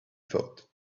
thought